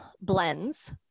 blends